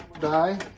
die